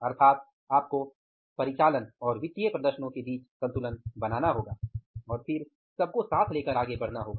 अर्थात आपको परिचालन और वित्तीय प्रदर्शन के बीच संतुलन बनाना होगा और फिर सबको साथ लेकर आगे बढ़ना होगा